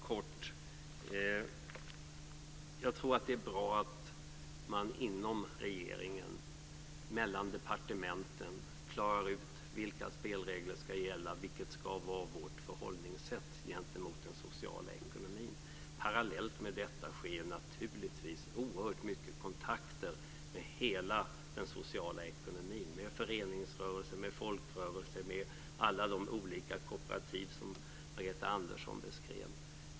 Fru talman! Jag tror att det är bra att man inom regeringen, mellan departementen, klarar ut vilka spelregler som ska gälla, vad som ska vara vårt förhållningssätt gentemot den sociala ekonomin. Parallellt med detta sker naturligtvis oerhört mycket kontakter med hela den sociala ekonomin - med föreningsrörelser, med folkrörelser och med alla de olika kooperativ som Margareta Andersson beskrev.